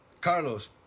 Carlos